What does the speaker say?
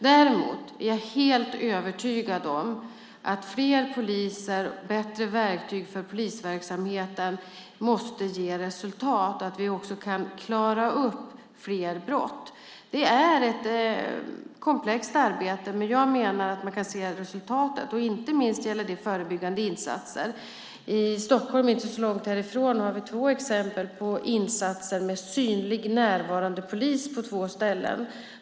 Däremot är jag helt övertygad om att fler poliser och bättre verktyg för polisverksamheten måste ge resultat så att vi kan klara upp fler brott. Det är ett komplext arbete, men jag menar att man kan se resultatet. Inte minst gäller det förebyggande insatser. I Stockholm inte så långt härifrån har vi exempel på insatser med synlig närvarande polis på två ställen.